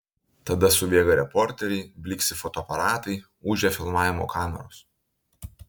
tada subėga reporteriai blyksi fotoaparatai ūžia filmavimo kameros